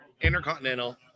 Intercontinental